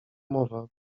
mowa